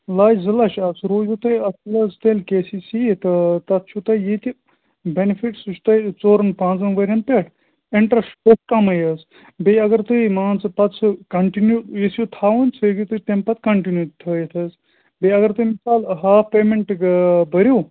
لچھ زٕ لَچھ اَکھ سُہ روٗزوٕ تۅہہِ اَصٕل حظ تیٚلہِ کے سی سی تہٕ تَتھ چھُ تۄہہِ یِتہٕ بینِفِٹ سُہ چھُ تۄہہِ ژورَن پانٛژَن ؤرۍٮ۪ن پٮ۪ٹھ اِنٹرٛسٹ چھُ تَتھ کَمٕے حظ بیٚیہِ اگر تُہۍ مان ژٕ پَتہٕ سُہ کَنٹِنیوٗ ییٚژھِو تھاوُن سُہ ہیٚکِو تُہۍ تَمہِ پَتہٕ کَنٹِنیوٗ تھٲوتھ حظ بیٚیہِ اگر تُہۍ مِثال ہاف پیمٮ۪نٛٹ بٔرِو